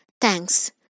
Thanks